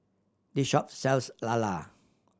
this shop sells lala